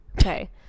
okay